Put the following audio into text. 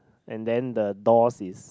and then the doors is